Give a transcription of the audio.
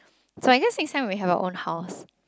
so I guess next time when you have your own house